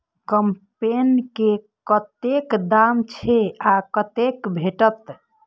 कम्पेन के कतेक दाम छै आ कतय भेटत?